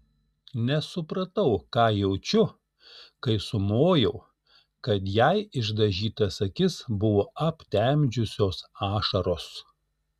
nesupratau ką jaučiu kai sumojau kad jai išdažytas akis buvo aptemdžiusios ašaros